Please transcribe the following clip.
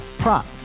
prop